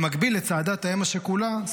במקביל לצעדת האם השכולה,